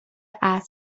اسب